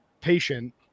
patient